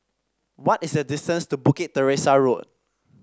what is the distance to Bukit Teresa Road